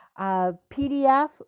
PDF